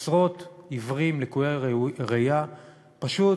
עשרות עיוורים ולקויי ראייה פשוט